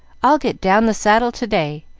i'll get down the saddle to-day,